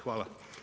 Hvala.